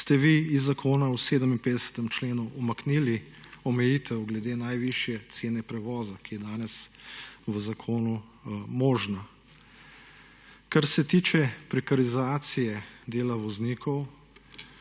ste vi iz zakona v 57. členu umaknili omejitev glede najvišje cene prevoza, ki je danes v zakonu možna. Kar se tiče prekarizacije dela voznikov,